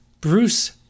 Bruce